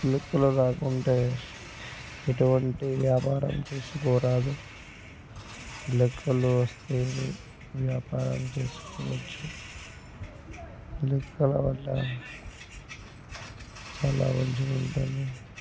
లెక్కలు రాకుంటే ఎటువంటి వ్యాపారం చేసుకోరాదు లెక్కలు వస్తే వ్యాపారాలు చేసుకోవచ్చు లెక్కల వల్ల చాలా మంచిగా ఉంటుంది